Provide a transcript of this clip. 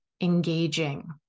engaging